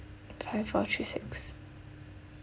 five four three six